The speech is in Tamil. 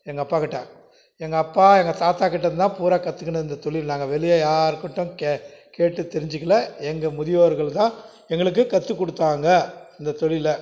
எங்கள் அப்பாக்கிட்ட எங்கள் அப்பா எங்கள் தாத்தாக்கிட்டேருந்து தான் பூரா கற்றுக்கினோம் இந்த தொழில் நாங்கள் வெளியே யாருக்கிட்டம் கே கேட்டு தெரிஞ்சிக்கலை எங்கள் முதியோர்கள் தான் எங்களுக்கு கற்றுக் கொடுத்தாங்க இந்த தொழிலை